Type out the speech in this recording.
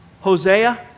Hosea